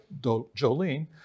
Jolene